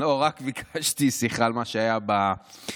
רק ביקשתי סליחה על מה שהיה בוועדה.